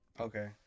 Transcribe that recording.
Okay